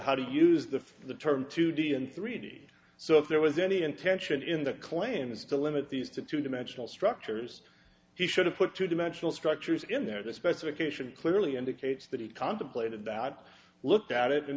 how to use the term two d and three d so if there was any intention in the claims to limit these to two dimensional structures he should have put two dimensional structures in there the specification clearly indicates that he contemplated that i looked at it and